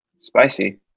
spicy